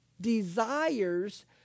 desires